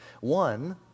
One